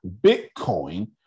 Bitcoin